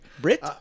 Brit